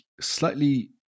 slightly